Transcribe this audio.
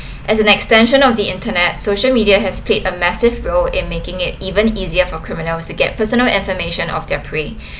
as an extension of the internet social media has played a massive role in making it even easier for criminals to get personal information of their prey